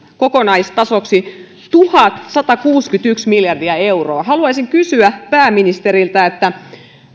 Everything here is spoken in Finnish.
kokonaistasoksi tuhatsatakuusikymmentäyksi miljardia euroa haluaisin kysyä pääministeriltä